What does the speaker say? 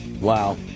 Wow